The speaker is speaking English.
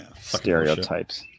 Stereotypes